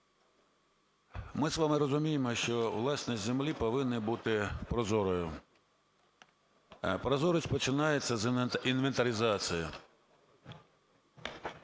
Ми з вами розуміємо, що власність землі повинна бути прозорою. Прозорість починається з інвентаризації.